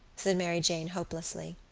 said mary jane hopelessly.